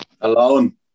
Alone